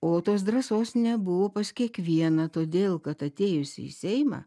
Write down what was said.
o tos drąsos nebuvo pas kiekvieną todėl kad atėjusi į seimą